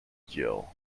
jill